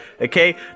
okay